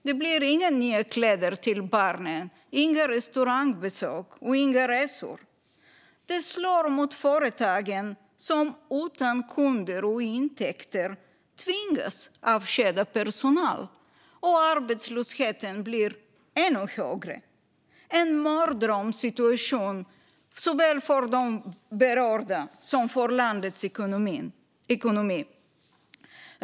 Det blir inga nya kläder till barnen, inga restaurangbesök och inga resor. Det slår mot företagen, som utan kunder och intäkter tvingas avskeda personal. Arbetslösheten blir ännu högre, och det är en mardrömssituation såväl för de berörda som för landets ekonomi.